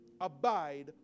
Abide